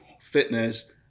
fitness